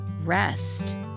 rest